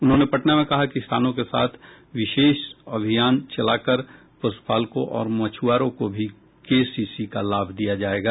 उन्होंने पटना में कहा कि किसानों के साथ विशेष अभियान चलाकर पशुपालकों और मछुआरों को भी केसीसी का लाभ दिया जायेगा